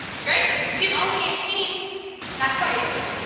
gracious! and she's only eighteen not quite eighteen.